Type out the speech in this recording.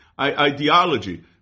ideology